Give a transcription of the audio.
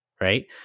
right